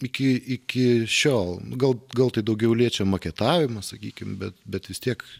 iki iki šiol gal gal tai daugiau liečia maketavimą sakykim bet bet vis tiek